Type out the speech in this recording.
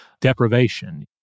deprivation